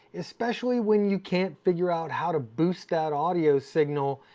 especially when you can't figure out how to boost that audio signal.